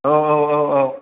औ औ औ औ